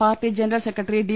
party general secretary D